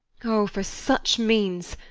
o! for such means,